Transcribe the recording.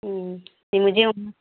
हूं जी मुझे वो